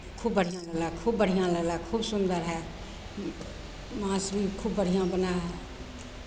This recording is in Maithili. खूब बढ़िआँ लगला खूब बढ़िआँ लगला खूब सुन्दर हइ माँस भी खूब बढ़िआँ बना है